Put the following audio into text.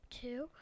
two